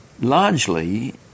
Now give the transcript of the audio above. Largely